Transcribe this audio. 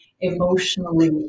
emotionally